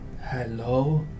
Hello